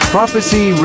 Prophecy